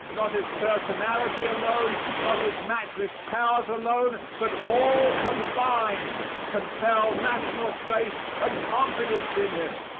not his personality alone, not his matchless powers alone, but all combined compel national faith and confidence in him.